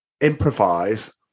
improvise